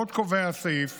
עוד קובע הסעיף